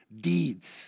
deeds